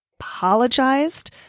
apologized